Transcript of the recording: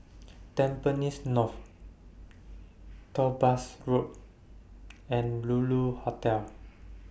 Tampines North Topaz Road and Lulu Hotel